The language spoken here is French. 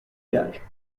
gage